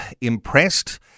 impressed